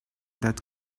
that